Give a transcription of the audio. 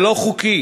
זה לא חוקי,